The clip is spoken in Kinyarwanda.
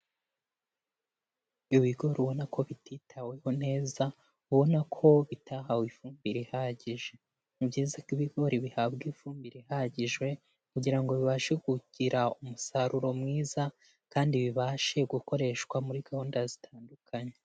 Ibigori ubona ko bititaweho neza, ubona ko bitahawe ifumbire ihagije, ni byiza ko ibigori bihabwa ifumbire ihagije kugira ngo bibashe kugira umusaruro mwiza kandi bibashe gukoreshwa muri gahunda zitandukanye.